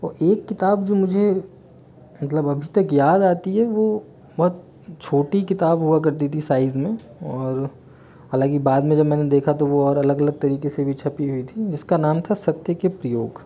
और एक किताब जो मुझे मतलब अभी तक याद आती है वो बहुत छोटी किताब हुआ करती थीं साइज़ में और हालाँकि बाद में जब मैंने देखा तो वो और अलग अलग तरीके से भी छपी हुई थीं जिसका नाम था सत्य के प्रयोग